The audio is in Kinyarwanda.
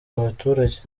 abaturage